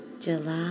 July